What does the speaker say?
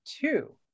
two